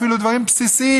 אפילו בדברים בסיסיים,